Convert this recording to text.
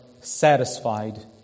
satisfied